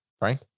Right